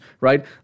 right